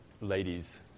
ladies